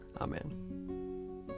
Amen